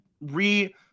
re-